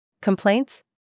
Complaints